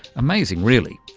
amazing really.